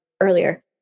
Earlier